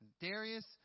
Darius